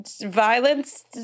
violence